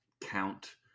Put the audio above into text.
count